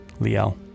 Liel